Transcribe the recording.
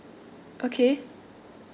okay